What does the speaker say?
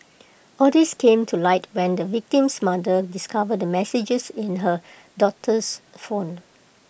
all these came to light when the victim's mother discovered the messages in her daughter's phone